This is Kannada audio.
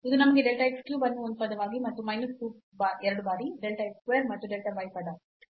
ಇದು ನಮಗೆ delta x cube ಅನ್ನು ಒಂದು ಪದವಾಗಿ ಮತ್ತು ಮೈನಸ್ 2 ಬಾರಿ delta x square ಮತ್ತು delta y ಪದ